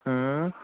હા